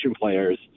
players